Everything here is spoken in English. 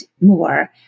more